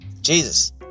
Jesus